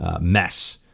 mess